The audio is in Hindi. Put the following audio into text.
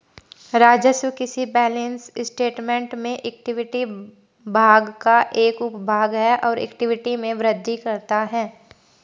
राजस्व किसी बैलेंस स्टेटमेंट में इक्विटी भाग का एक उपभाग है और इक्विटी में वृद्धि करता है